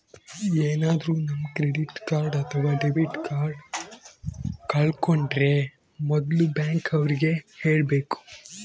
ಏನಾದ್ರೂ ನಮ್ credit card ಅಥವಾ ಡೆಬಿಟ್ ಕಾರ್ಡ್ ಕಳ್ಕೊಂಡ್ರೆ ಮೊದ್ಲು ಬ್ಯಾಂಕ್ ಅವ್ರಿಗೆ ಹೇಳ್ಬೇಕು